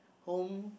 home